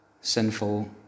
sinful